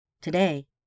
Today